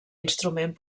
instrument